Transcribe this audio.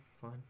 fine